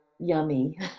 yummy